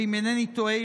ואם אינני טועה,